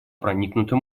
проникнута